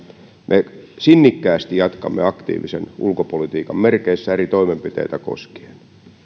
me sinnikkäästi jatkamme aktiivisen ulkopolitiikan merkeissä eri toimenpiteitä koskien